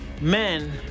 men